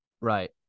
Right